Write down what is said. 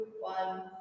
one